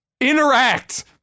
interact